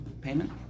payment